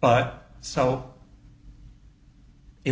but so it